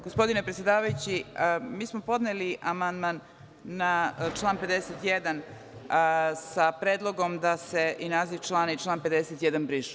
Gospodine predsedavajući, mi smo podneli amandman na član 51. sa predlogom da se i naziv člana i član 51. brišu.